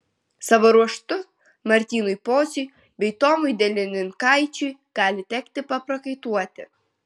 savo ruožtu martynui pociui bei tomui delininkaičiui gali tekti paprakaituoti